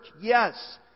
Yes